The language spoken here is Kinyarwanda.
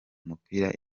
umupira